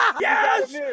Yes